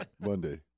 Monday